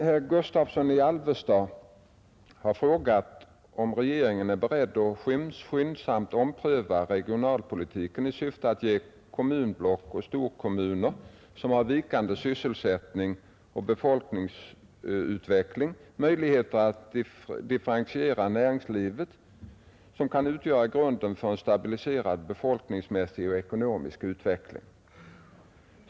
Herr Gustavsson i Alvesta har frågat mig om regeringen är beredd att skyndsamt ompröva regionalpolitiken i syfte att ge kommunblock och storkommuner, som har vikande sysselsättning och befolkningsutveckling, möjligheter till ett differentierat näringsliv, som kan utgöra grunden för en stabiliserad befolkningsmässig och ekonomisk utveckling.